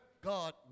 God